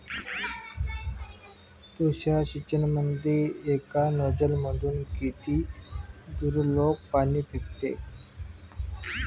तुषार सिंचनमंदी एका नोजल मधून किती दुरलोक पाणी फेकते?